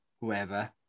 whoever